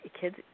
kids